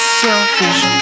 selfish